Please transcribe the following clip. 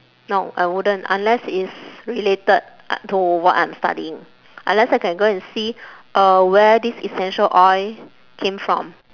no I wouldn't unless it's related to what I am studying unless I can go and see uh where this essential oil came from